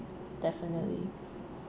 definitely